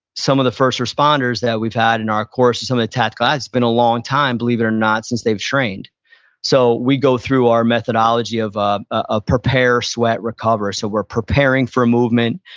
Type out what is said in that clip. some of the first responders that we've had in our course, some of the tactical guys it's been a long time, believe it or not, since they've trained so, we go through our methodology of ah of prepare, sweat, recover. so, we're preparing for movement,